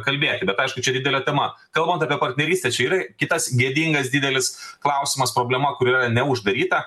kalbėti bet aišku čia didelė tema kalbant apie partnerystę yra kitas gėdingas didelis klausimas problema kuri neuždaryta